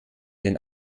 den